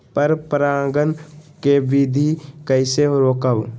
पर परागण केबिधी कईसे रोकब?